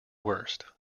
worst